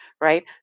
right